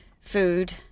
food